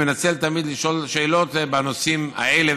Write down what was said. הוא מנצל תמיד לשאול שאלות בנושאים האלה